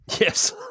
yes